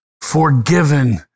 forgiven